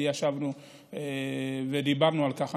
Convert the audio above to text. ישבנו ודיברנו על כך.